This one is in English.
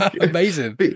Amazing